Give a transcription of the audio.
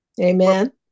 amen